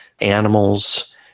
animals